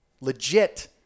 legit